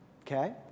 okay